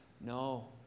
no